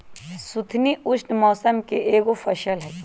सुथनी उष्ण मौसम के एगो फसल हई